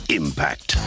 impact